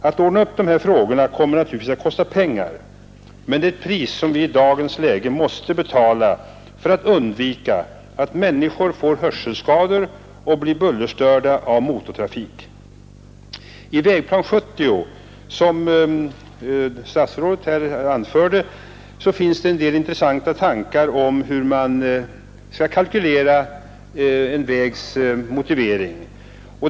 Att ordna upp dessa frågor kommer helt naturligt att kosta pengar, men det är ett pris som vi i dagens läge måste betala för att undvika att människor får hörselskador och blir bullerstörda av motortrafik. I Vägplan 1970, som statsrådet nämnde, finns det en del intressanta tankar om hur man skall kalkylera en vägs motivering.